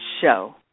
show